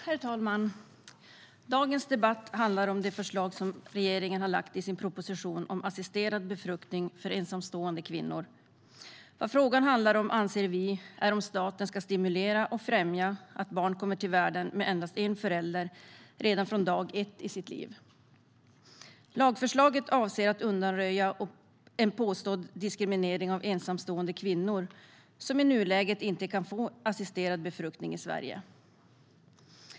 Herr talman! Dagens debatt handlar om regeringens förslag i propositionen om assisterad befruktning för ensamstående kvinnor. Frågan handlar om, anser vi, om staten ska stimulera och främja att barn kommer till världen med endast en förälder redan från dag ett i sitt liv. Lagförslaget avser att undanröja en påstådd diskriminering av ensamstående kvinnor som i nuläget inte kan få assisterad befruktning i Sverige.